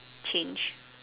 change